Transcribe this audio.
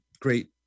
great